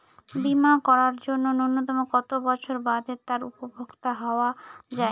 বীমা করার জন্য ন্যুনতম কত বছর বাদে তার উপভোক্তা হওয়া য়ায়?